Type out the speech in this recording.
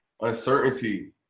uncertainty